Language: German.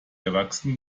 erwachsen